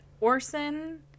Orson